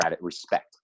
respect